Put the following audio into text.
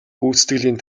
гүйцэтгэлийн